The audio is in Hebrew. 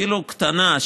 אפילו קטנה,